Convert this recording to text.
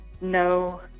no